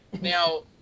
now